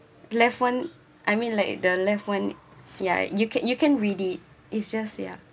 left one I mean like the left one ya you can you can read it it's just yeah